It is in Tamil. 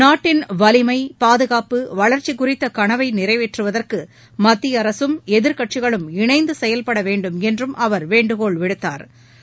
நாட்டின் வலிமை பாதுகாப்பு வளர்ச்சி குறித்த கனவை நிறைவேற்றுவதற்கு மத்திய அரசும் எதிர்கட்சிகளும் இணைந்து செயல்பட வேண்டும் என்றும் அவர் வேண்டுகோள் விடுத்தாா்